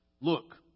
Look